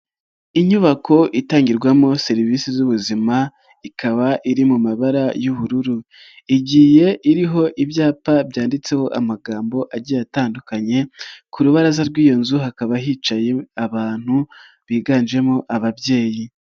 Inyubako itangirwamo serivisi z'ubuzima ikaba iri mu mabara y'ubururu, igiye iriho ibyapa byanditseho amagambo agiye atandukanye, ku rubaraza rw'iyo nzu hakaba hicaye abantu biganjemo ababyeyi.